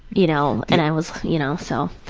you know, and i was, you know so.